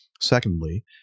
Secondly